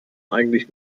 eigentlich